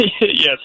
Yes